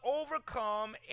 overcome